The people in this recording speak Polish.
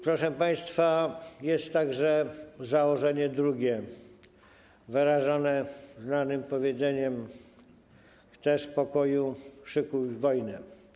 Proszę państwa, jest także założenie drugie wyrażone znanym powiedzeniem: chcesz pokoju, szykuj się do wojny.